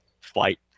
flight